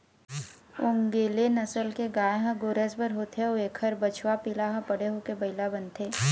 ओन्गेले नसल के गाय ह गोरस बर होथे अउ एखर बछवा पिला ह बड़े होके बइला बनथे